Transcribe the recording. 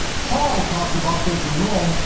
paul talks about this in rome,